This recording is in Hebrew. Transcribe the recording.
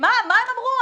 מה הם אמרו?